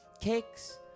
Cakes